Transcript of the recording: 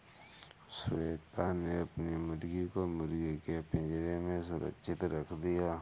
श्वेता ने अपनी मुर्गी को मुर्गी के पिंजरे में सुरक्षित रख दिया